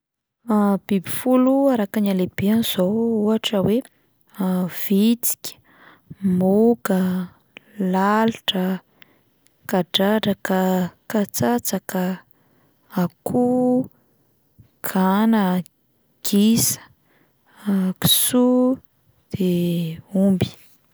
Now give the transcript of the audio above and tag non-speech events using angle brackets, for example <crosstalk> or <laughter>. <hesitation> Biby folo araka ny halehibeny izao ohatra hoe: <hesitation> vitsika, moka, lalitra, kadradraka, katsatsaka, akoho, gana, gisa, <hesitation> kisoa, de omby.